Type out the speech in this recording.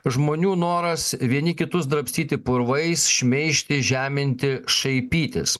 žmonių noras vieni kitus drabstyti purvais šmeižti žeminti šaipytis